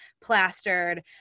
plastered